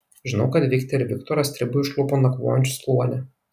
žinau kad viktę ir viktorą stribai užklupo nakvojančius kluone